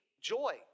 joy